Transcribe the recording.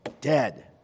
dead